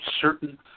certain